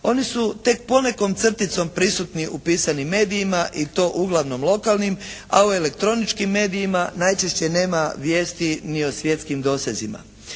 Oni su tek ponekom crticom prisutni u pisanim medijima i to uglavnom lokalnim, a u elektroničkim medijima najčešće nema vijesti ni o svjetskim dosezima.